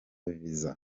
viza